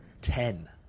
Ten